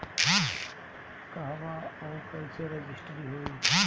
कहवा और कईसे रजिटेशन होई?